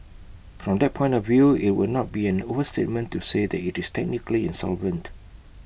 from that point of view IT would not be an overstatement to say that is technically insolvent